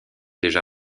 déjà